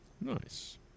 Nice